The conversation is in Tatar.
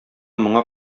моңа